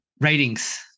ratings